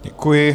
Děkuji.